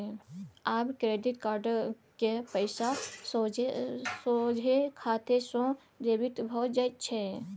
आब credit card क पैसा सोझे खाते सँ डेबिट भए जाइत छै